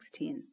2016